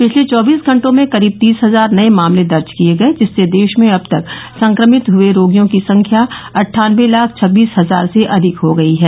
पिछले चौबीस घंटों में करीब तीस हजार नये मामले दर्ज किए गए जिससे देश में अब तक संक्रमित हए रोगियों की संख्या अट्ठानबे लाख छब्बीस हजार से अधिक हो गई है